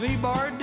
Z-Bar